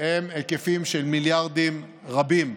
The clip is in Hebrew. הם היקפים של מיליארדים רבים.